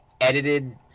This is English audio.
edited